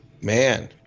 Man